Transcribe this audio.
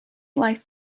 life